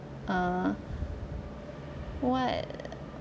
err what